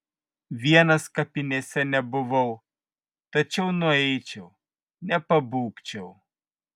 vienas kapinėse nebuvau tačiau nueičiau nepabūgčiau